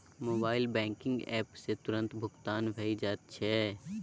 mobile banking app सँ तुरतें भुगतान भए जाइत छै